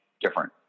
different